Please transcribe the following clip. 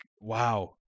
wow